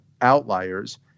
outliers